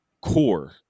core